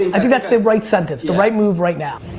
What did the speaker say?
i think that's the right sentence, the right move right now.